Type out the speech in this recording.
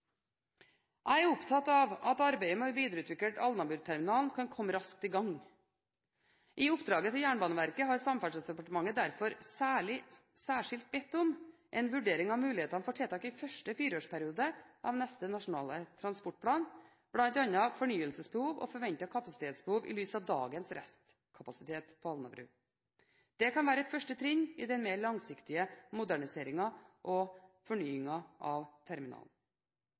Jeg er opptatt av at arbeidet med å videreutvikle Alnabruterminalen kan komme raskt i gang. I oppdraget til Jernbaneverket har Samferdselsdepartementet derfor særskilt bedt om en vurdering av mulighetene for tiltak i første fireårsperiode av neste Nasjonal transportplan, bl.a. fornyelsesbehov og forventet kapasitetsbehov i lys av dagens restkapasitet på Alnabru. Det kan være et første trinn i den mer langsiktige moderniseringen og fornyingen av terminalen.